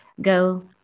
go